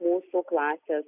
mūsų klasės